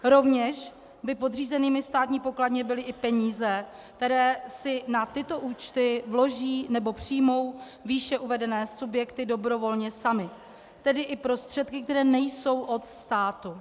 Rovněž by podřízenými Státní pokladně byly i peníze, které si na tyto účty vloží nebo přijmou výše uvedené subjekty dobrovolně samy, tedy i prostředky, které nejsou od státu.